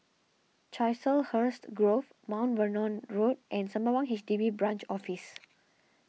Chiselhurst Grove Mount Vernon Road and Sembawang H D B Branch Office